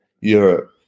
Europe